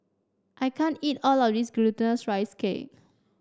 I can't eat all of this Glutinous Rice Cake